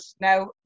now